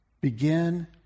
begin